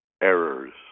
errors